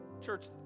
Church